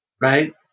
Right